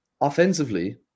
offensively